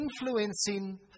influencing